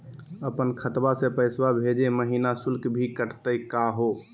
अपन खतवा से पैसवा भेजै महिना शुल्क भी कटतही का हो?